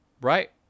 right